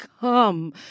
come